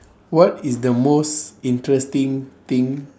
what is the most interesting thing